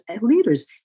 leaders